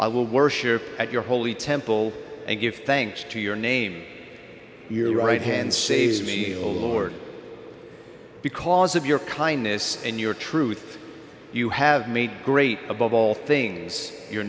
i will worship at your holy temple and give thanks to your name your right hand saves me you know lord because of your kindness and your truth you have made great above all things your